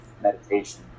meditation